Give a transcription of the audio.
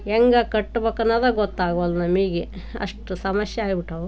ಹೇಗೆ ಕಟ್ಬೇಕನ್ನೋದ ಗೊತ್ತಾಗವಲ್ದು ನಮಗೆ ಅಷ್ಟು ಸಮಸ್ಯೆ ಆಗಿ ಬಿಟ್ಟಾವು